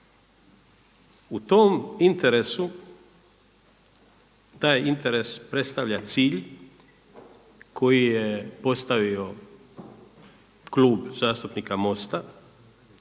U tom interesu taj interes predstavlja cilj koji je postavio Klub zastupnika Mosta